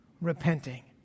repenting